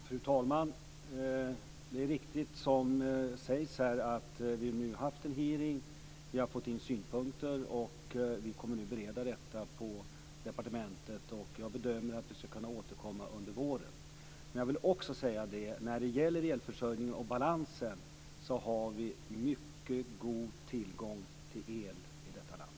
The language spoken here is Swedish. Fru talman! Det är riktigt som det sägs här. Vi har haft en hearing där vi fick in synpunkter och vi kommer nu att bereda dessa på departementet. Jag bedömer att vi skulle kunna återkomma under våren. När det gäller elförsörjningen och balansen har vi en mycket god tillgång till el i detta land.